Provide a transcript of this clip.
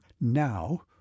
now—